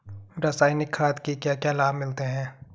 रसायनिक खाद के क्या क्या लाभ मिलते हैं?